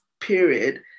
period